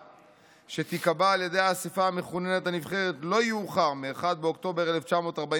שתיקבע על ידי האספה המכוננת הנבחרת לא יאוחר מ-1 באוקטובר 1948"